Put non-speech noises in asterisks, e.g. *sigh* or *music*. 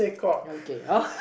okay *laughs*